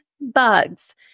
bugs